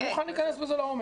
אני מוכן להיכנס לזה לעומק.